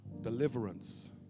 deliverance